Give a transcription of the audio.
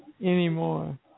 anymore